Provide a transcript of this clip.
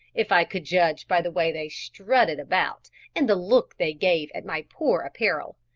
if i could judge by the way they strutted about and the look they gave at my poor apparel.